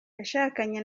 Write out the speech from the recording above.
yashakanye